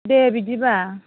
दे बिदिबा